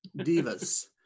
Divas